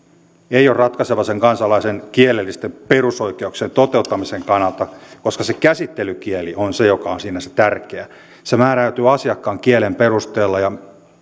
ei ole ratkaiseva sen kansalaisen kielellisten perusoikeuksien toteuttamisen kannalta koska se käsittelykieli on se joka on siinä se tärkeä se määräytyy asiakkaan kielen perusteella